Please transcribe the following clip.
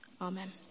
Amen